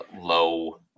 low